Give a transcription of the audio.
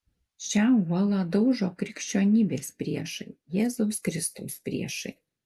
šią uolą daužo krikščionybės priešai jėzaus kristaus priešai